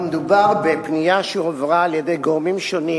מדובר בפנייה שהועברה על-ידי גורמים שונים